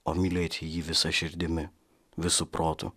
o mylėti jį visa širdimi visu protu